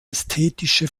ästhetische